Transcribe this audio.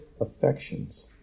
affections